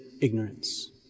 ignorance